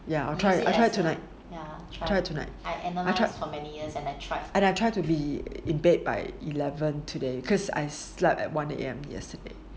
ya I will try try it tonight try it tonight I tried and I tried to be in bed by eleven today cause I slept at one A_M yesterday